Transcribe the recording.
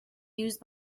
used